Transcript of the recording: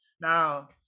now